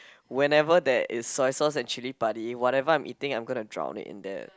whenever there is soy sauce and chilli padi whatever I'm eating I'm gonna drown it in that